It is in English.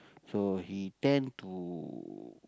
so he tend to